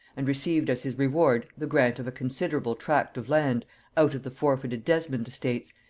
and received as his reward the grant of a considerable tract of land out of the forfeited desmond estates,